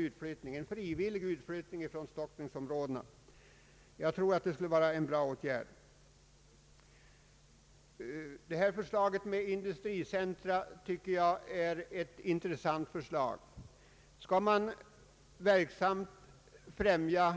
Det gäller alltså en frivillig utflyttning från storstadsområdena. Jag tror att detta skulle vara en bra åtgärd. Förslaget om industricentra tycker jag är intressant. Skall man verksamt främja